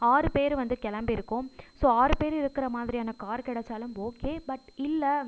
ஆறு பேர் வந்து கிளம்பிருக்கோம் ஸோ ஆறு பேர் இருக்கிற மாதிரியான கார் கிடைச்சாலும் ஓகே பட் இல்லை